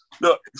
Look